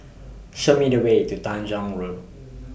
Show Me The Way to Tanjong Rhu